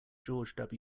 george